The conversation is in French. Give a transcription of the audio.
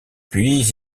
puis